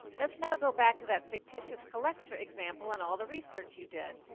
let's now go back to that fictitious cholextra example and all the research you did.